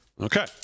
Okay